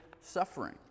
suffering